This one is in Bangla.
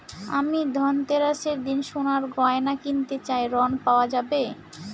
আমি ধনতেরাসের দিন সোনার গয়না কিনতে চাই ঝণ পাওয়া যাবে?